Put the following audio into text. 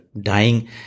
dying